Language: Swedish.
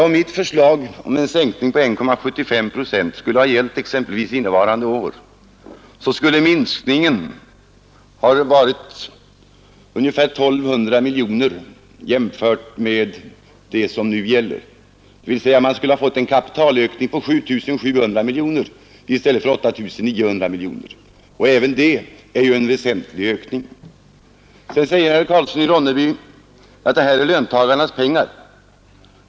Om mitt förslag om en sänkning med 1,75 procent hade gällt exempelvis innevarande år, skulle minskningen ha blivit ungefär 1 200 miljoner kronor, dvs. man skulle ha fått en kapitalökning på 7 700 miljoner kronor i stället för 8 900 miljoner kronor. Även det är en väsentlig ökning. Herr Karlsson i Ronneby säger att detta är löntagarnas pengar.